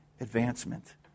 advancement